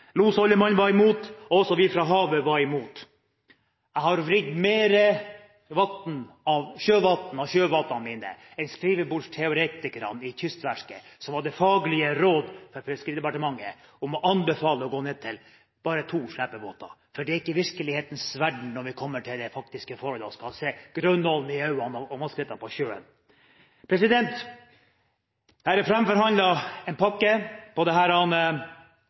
var imot, losoldermannen var imot, og også vi fra havet var imot. Jeg har vridd mer sjøvann av sjøvottene mine enn skrivebordsteoretikerne i Kystverket som ga det faglige råd for Fiskeridepartementet, om å anbefale å gå ned til bare to slepebåter. For det er ikke i virkelighetens verden når vi kommer til det faktiske forhold og skal se grønnålen i øynene og må se i sjøen. Her er framforhandlet en pakke på dette budsjettet. Jeg kan ikke stemme imot det,